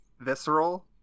visceral